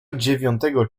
dziewiątego